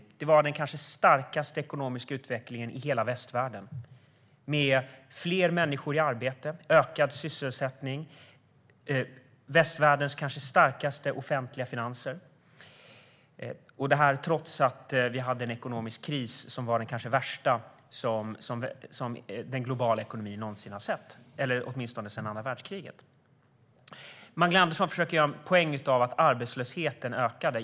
Sverige hade den kanske starkaste ekonomiska utvecklingen i hela västvärlden med fler människor i arbete, ökad sysselsättning och västvärldens kanske starkaste offentliga finanser. Detta hade Sverige trots en ekonomisk kris i världen som var den kanske värsta som den globala ekonomin någonsin har sett, åtminstone sedan andra världskriget. Magdalena Andersson försöker göra en poäng av att arbetslösheten ökade.